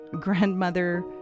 grandmother